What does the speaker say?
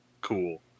cool